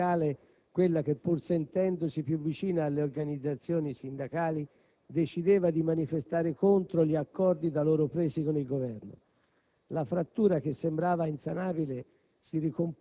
dall'altra, insorgevano i parlamentari della sinistra radicale, quella che, pur sentendosi più vicina alle organizzazioni sindacali, decideva di manifestare contro gli accordi da loro presi con il Governo.